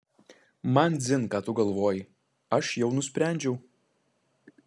man dzin ką tu galvoji aš jau nusprendžiau